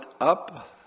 up